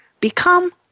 become